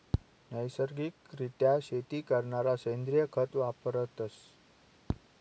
नैसर्गिक रित्या शेती करणारा सेंद्रिय खत वापरतस